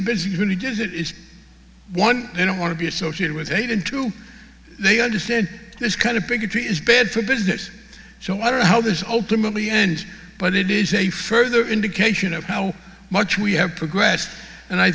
business really does it is one they don't want to be associated with eight and two they understand this kind of bigotry is bad for business so i don't know how this ultimately ends but it is a further indication of how much we have progressed and i